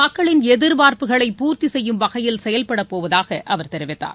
மக்களின் எதிர்பார்ப்புகளை பூர்த்தி செய்யும் வகையில் செயல்பட போவதாக அவர் தெரிவித்தார்